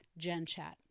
GenChat